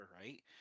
right